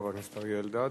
בבקשה, חבר הכנסת אריה אלדד.